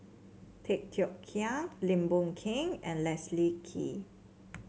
Tay Teow Kiat Lim Boon Keng and Leslie Kee